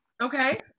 Okay